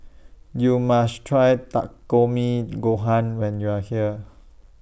YOU must Try Takikomi Gohan when YOU Are here